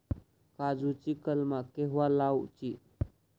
काजुची कलमा केव्हा लावची?